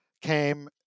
came